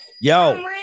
yo